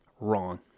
wrong